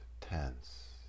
tense